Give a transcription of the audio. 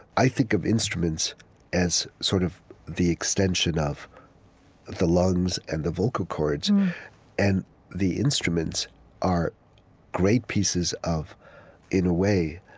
i think of instruments as sort of the extension of the lungs and the vocal chords and the instruments are great pieces, in a way,